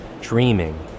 dreaming